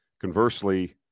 Conversely